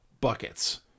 buckets